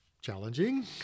challenging